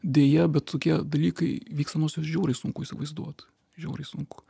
deja bet tokie dalykai vyksta nors ir žiauriai sunku įsivaizduot žiauriai sunku